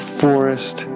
forest